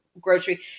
grocery